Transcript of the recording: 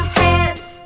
hands